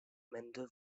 mende